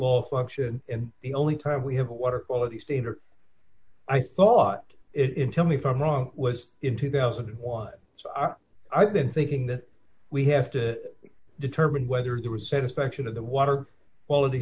law function and the only time we have water quality standards i thought in tell me if i'm wrong was in two thousand and one i've been thinking that we have to determine whether there was a satisfaction of the water quality